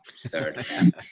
third